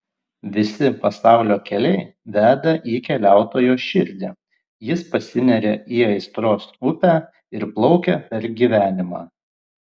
visi pasaulio keliai veda į keliautojo širdį jis pasineria į aistros upę ir plaukia per gyvenimą